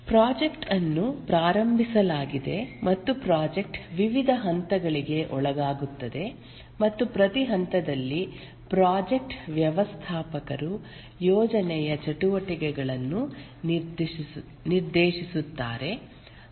project ಅನ್ನು ಪ್ರಾರಂಭಿಸಲಾಗಿದೆ ಮತ್ತು ಪ್ಪ್ರಾಜೆಕ್ಟ್ ವಿವಿಧ ಹಂತಗಳಿಗೆ ಒಳಗಾಗುತ್ತದೆ ಮತ್ತು ಪ್ರತಿ ಹಂತದಲ್ಲಿ ಪ್ರಾಜೆಕ್ಟ್ ವ್ಯವಸ್ಥಾಪಕರು ಯೋಜನೆಯ ಚಟುವಟಿಕೆಗಳನ್ನು ನಿರ್ದೇಶಿಸುತ್ತಾರೆ